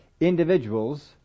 individuals